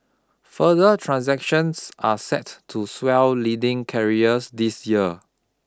further transactions are set to swell leading carriers this year